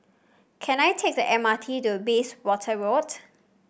can I take the M R T to Bayswater Road